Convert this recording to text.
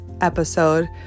episode